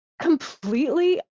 completely